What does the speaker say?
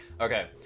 Okay